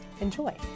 Enjoy